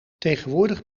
tegenwoordig